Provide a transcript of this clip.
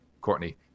Courtney